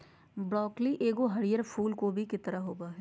broccoli एगो हरीयर फूल कोबी के तरह होबो हइ